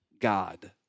God